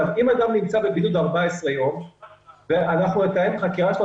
אם אדם נמצא בבידוד 14 יום ואנחנו נתאם חקירה שלו,